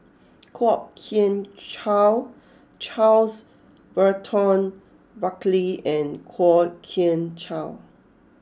Kwok Kian Chow Charles Burton Buckley and Kwok Kian Chow